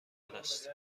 است